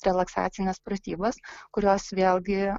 relaksacines pratybas kurios vėlgi